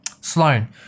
Sloan